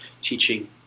teaching